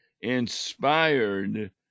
inspired